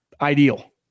ideal